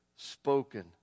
spoken